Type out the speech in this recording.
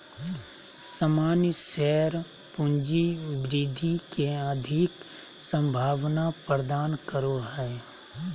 सामान्य शेयर पूँजी वृद्धि के अधिक संभावना प्रदान करो हय